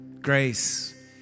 Grace